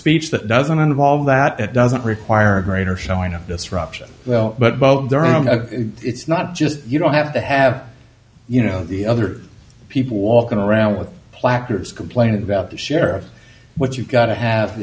speech that doesn't involve that it doesn't require a greater showing of disruption but both it's not just you don't have to have you know other people walking around with placards complaining about the sheriff what you've got to have